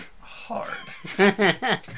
hard